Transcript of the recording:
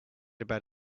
about